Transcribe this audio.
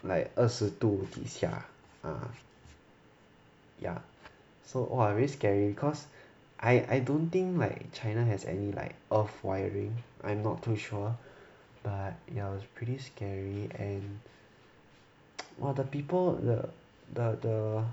like 二十度底下 ah ya so !wah! very scary cause I I don't think like China has any like earth wiring I'm not too sure but ya was pretty scary and one of the people the the the